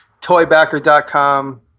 toybacker.com